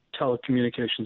telecommunications